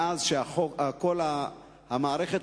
מאז הוקמה כל המערכת,